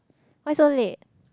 why so late